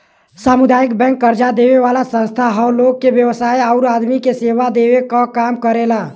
सामुदायिक बैंक कर्जा देवे वाला संस्था हौ लोग के व्यवसाय आउर आदमी के सेवा देवे क काम करेला